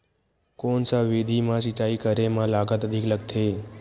कोन सा विधि म सिंचाई करे म लागत अधिक लगथे?